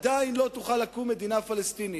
עדיין לא תוכל לקום מדינה פלסטינית.